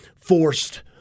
forced